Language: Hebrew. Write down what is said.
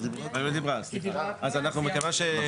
אז אנחנו, מכיוון שיש נושא חדש.